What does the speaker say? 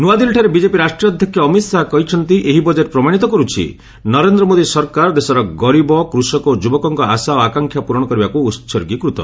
ନୂଆଦିଲ୍ଲୀଠାରେ ବିଜେପି ରାଷ୍ଟ୍ରୀୟ ଅଧ୍ୟକ୍ଷ ଅମିତ ଶାହା କହିଛନ୍ତି ଏହି ବଜେଟ୍ ପ୍ରମାଣିତ କରୁଛି ନରେନ୍ଦ୍ର ମୋଦି ସରକାର ଦେଶର ଗରିବ କୃଷକ ଓ ଯୁବକଙ୍କ ଆଶା ଓ ଆକାଂକ୍ଷା ପ୍ରରଣ କରିବାକୁ ଉହର୍ଗୀକୃତ